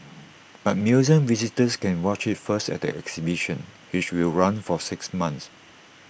but museum visitors can watch IT first at the exhibition which will run for six months